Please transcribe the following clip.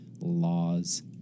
laws